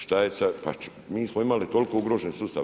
Šta je sa, pa mi smo imali toliko ugroženi sustav.